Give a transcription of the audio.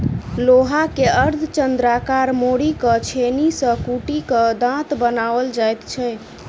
लोहा के अर्धचन्द्राकार मोड़ि क छेनी सॅ कुटि क दाँत बनाओल जाइत छै